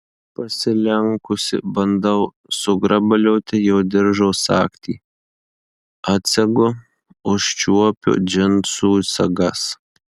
pasilenkusi bandau sugrabalioti jo diržo sagtį atsegu užčiuopiu džinsų sagas